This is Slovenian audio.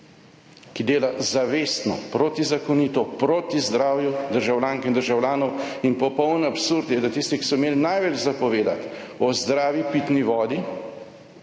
ki dela zavestno protizakonito proti zdravju državljank in državljanov. In popoln absurd je, da tisti, ki so imeli največ za povedati o zdravi pitni vodi